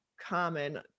common